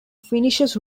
finishes